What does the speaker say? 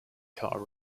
car